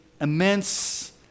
immense